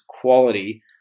quality